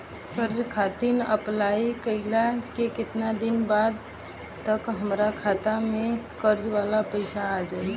कर्जा खातिर अप्लाई कईला के केतना दिन बाद तक हमरा खाता मे कर्जा वाला पैसा आ जायी?